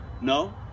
no